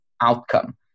outcome